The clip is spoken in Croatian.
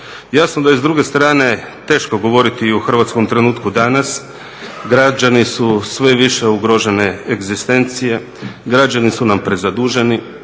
Jasno da je s druge strane teško govoriti i o hrvatskom trenutku danas, građani su sve više ugrožene egzistencije, građani su nam prezaduženi,